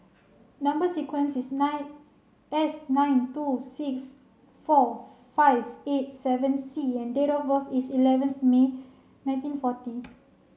number sequence is nine S nine two six four five eight seven C and date of birth is eleventh May nineteen forty